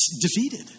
defeated